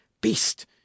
Beast